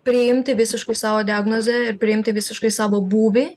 priimti visiškai savo diagnozę ir priimti visiškai savo būvį